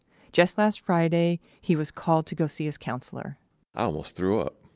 just last friday, he was called to go see his counselor i almost threw up.